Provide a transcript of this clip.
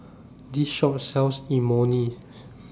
This Shop sells Imoni